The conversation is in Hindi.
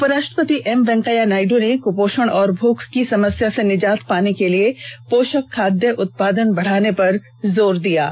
उपराष्ट्रपति एम वेंकैया नायडु ने कुपोषण और भूख की समस्या से निजात पाने के लिए पोषक खाद्य उत्पादन बढ़ाने पर जोर दिया है